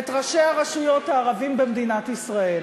את ראשי הרשויות הערבים במדינת ישראל,